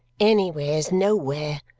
anywhere's nowhere,